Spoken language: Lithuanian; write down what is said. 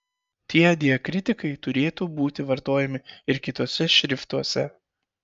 tie diakritikai turėtų būti vartojami ir kituose šriftuose